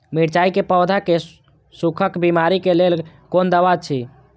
मिरचाई के पौधा के सुखक बिमारी के लेल कोन दवा अछि?